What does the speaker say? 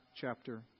chapter